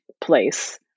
place